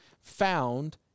found